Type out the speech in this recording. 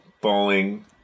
bowling